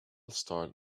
start